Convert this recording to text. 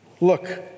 Look